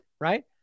right